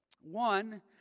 one